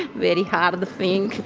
very hard thing,